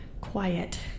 quiet